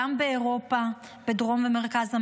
גם באירופה, בדרום ובמרכז אמריקה,